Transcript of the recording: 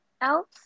else